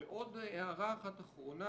ועוד הערה אחת אחרונה